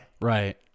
Right